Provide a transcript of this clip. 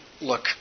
look